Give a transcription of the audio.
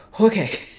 okay